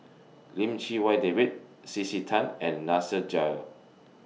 Lim Chee Wai David C C Tan and Nasir Jail